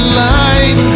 light